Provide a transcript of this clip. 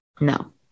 No